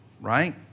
Right